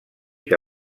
que